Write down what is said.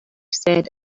said